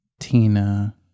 Tina